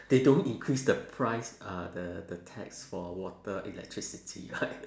they don't increase the price uh the the tax for water electricity